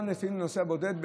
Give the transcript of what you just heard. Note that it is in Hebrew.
לפעמים לנוסע בודד,